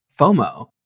fomo